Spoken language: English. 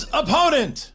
opponent